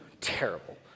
terrible